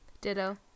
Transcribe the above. ditto